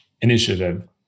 initiative